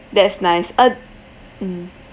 that's nice uh mm